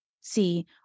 see